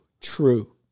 true